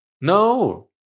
No